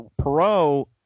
perot